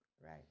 right